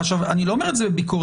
אני לא אומר את זה בביקורת,